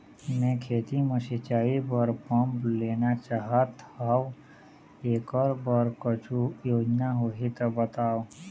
मैं खेती म सिचाई बर पंप लेना चाहत हाव, एकर बर कुछू योजना होही त बताव?